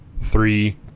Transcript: Three